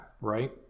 right